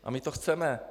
A my to chceme.